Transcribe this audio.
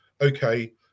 okay